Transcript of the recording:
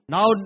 Now